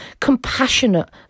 compassionate